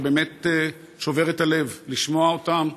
זה באמת שובר את הלב לשמוע אותם,